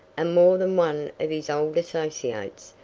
and more than one of his old associates,